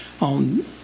on